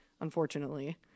unfortunately